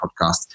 podcast